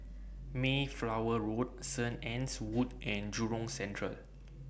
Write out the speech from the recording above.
Mayflower Road Saint Anne's Wood and Jurong Central